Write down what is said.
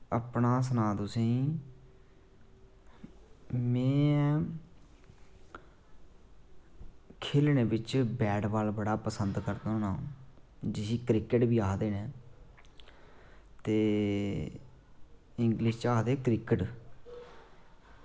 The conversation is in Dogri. अपना सनां तुसें ई में खेल्लने बिच बैट बॉल बड़ा पसंद करना होन्ना जिसी क्रिकेट बी आक्खदे न ते इंग्लिश च आखदे क्रिकेट